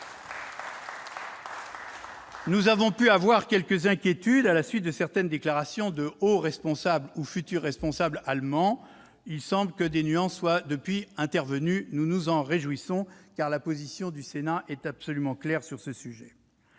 Nous avons pu avoir quelques inquiétudes à la suite de certaines déclarations de hauts responsables ou de futurs responsables allemands. Il semble que des nuances aient été exprimées depuis. Nous nous en réjouissons, car la position du Sénat est absolument claire sur ce sujet.